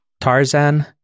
Tarzan